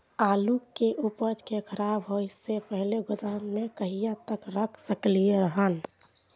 आलु के उपज के खराब होय से पहिले गोदाम में कहिया तक रख सकलिये हन?